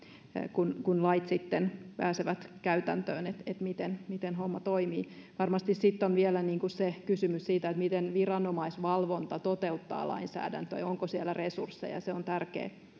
kun kun lait pääsevät käytäntöön miten miten homma toimii varmasti sitten on vielä se kysymys miten viranomaisvalvonta toteuttaa lainsäädäntöä ja onko siellä resursseja se on tärkeä